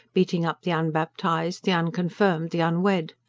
beating up the unbaptised, the unconfirmed, the unwed.